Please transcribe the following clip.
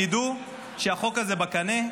תדעו שהחוק הזה בקנה,